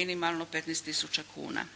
minimalno 15 tisuća kuna.